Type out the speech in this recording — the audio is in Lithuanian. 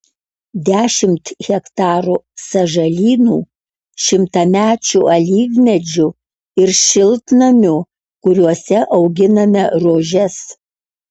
dešimt hektarų sąžalynų šimtamečių alyvmedžių ir šiltnamių kuriuose auginame rožes